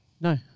No